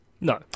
No